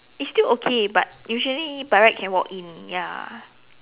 it's still okay but usually by right can walk in ya